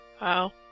Wow